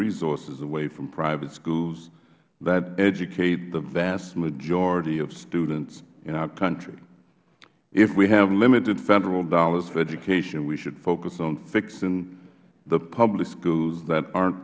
resources away from private schools that educate the vast majority of students in our country if we have limited federal dollars for education we should focus on fixing the public schools that are